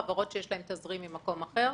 חברות שיש להן תזרים ממקום אחר.